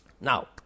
Now